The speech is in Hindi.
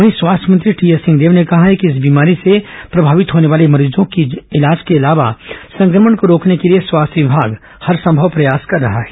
वहीं स्वास्थ्य मंत्री टीएस सिंहदेव कहा है कि इस बीमारी से प्रभावित होने वाले मरीजों के इलाज के अलावा संक्रमण को रोकने के लिए स्वास्थ्य विमाग हरसंभव प्रयास कर रहा है